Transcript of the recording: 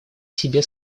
себе